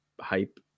hype